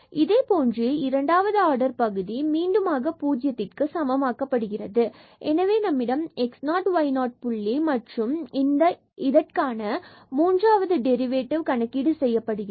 இதே போன்று இரண்டாவது ஆர்டர் பகுதி t மீண்டுமாக பூஜ்ஜியத்திற்க்கு சமம் ஆக்கப்படுகிறது எனவே நம்மிடம் x0y0 புள்ளி மற்றும் இந்தப் இதற்கான மூன்றாவது டெரிவேட்டிவ் கணக்கீடு செய்யப்படுகிறது